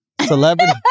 Celebrity